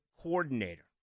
coordinator